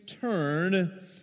turn